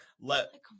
let